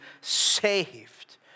saved